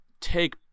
take